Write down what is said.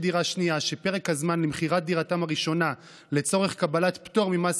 דירה שנייה שפרק הזמן למכירת דירתם הראשונה לצורך קבלת פטור ממס